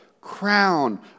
crown